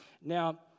Now